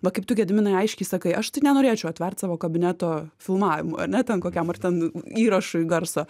va kaip tu gediminai aiškiai sakai aš tai nenorėčiau atvert savo kabineto filmavimui ar ne ten kokiam ar ten įrašui garso